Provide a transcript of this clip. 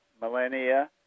millennia